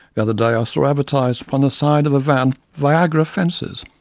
the other day i ah saw advertised upon the side of a van viagra fences.